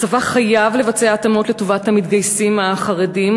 הצבא חייב לבצע התאמות לטובת המתגייסים החרדים,